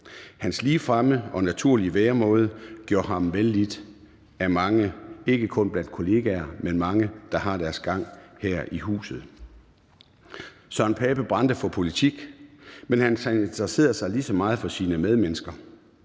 Hans ligefremme og naturlige væremåde gjorde ham vellidt af mange, ikke kun blandt kollegaer, men også mange andre, der har deres gang her i huset. Søren Pape brændte for politik, men han interesserede sig lige så meget for sine medmennesker.